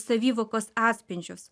savivokos atspindžius